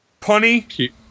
Punny